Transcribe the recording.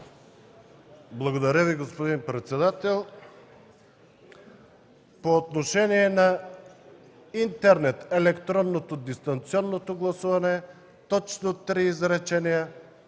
Благодаря Ви, господин председател. По отношение на интернет електронното, дистанционното гласуване точно три изречения